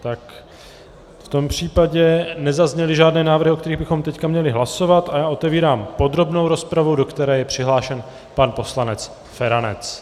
V tom případě nezazněly žádné návrhy, o kterých bychom teď měli hlasovat, a já otevírám podrobnou rozpravu, do které je přihlášen pan poslanec Feranec.